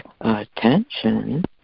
attention